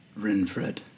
Rinfred